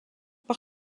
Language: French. par